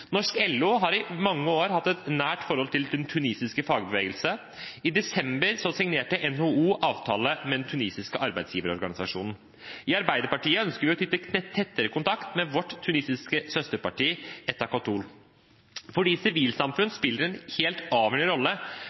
Norsk LO har i mange år hatt et nært forhold til den tunisiske fagbevegelse. I desember signerte NHO en avtale med den tunisiske arbeidsgiverorganisasjonen. I Arbeiderpartiet ønsker vi å knytte tettere kontakt med vårt tunisiske søsterparti, Ettakatol, fordi sivilsamfunn spiller en helt avgjørende rolle